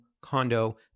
condo